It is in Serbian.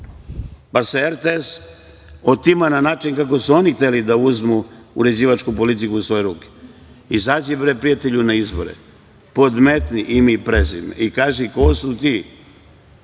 Pa, RTS se otima na način kako su oni hteli da uzmu uređivačku politiku u svoje ruke. Izađi, bre, prijatelju na izbore, podmetni ime i prezime i kaži ko su ti